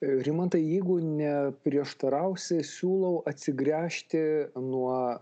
rimantai jeigu neprieštarausi siūlau atsigręžti nuo